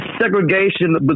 segregation